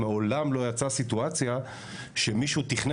מעולם לא יצאה סיטואציה שמישהו תכנן